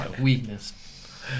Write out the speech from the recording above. weakness